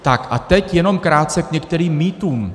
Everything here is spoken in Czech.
Tak a teď jenom krátce k některým mýtům.